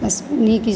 बस उन्हीं की